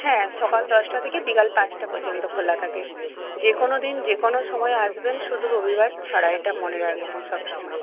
হ্যাঁ সকাল দশটা থেকে বিকেল পাঁচটা পর্যন্ত খোলা থাকে যে কোনো দিন যে কোনো সময় আসবেন শুধু রবিবার ছাড়া এটা মনে রাখবেন সবসময়